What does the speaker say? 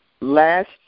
last –